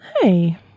hey